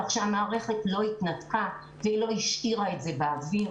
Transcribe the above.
כך שהמערכת לא התנתקה והיא לא השאירה את זה באוויר.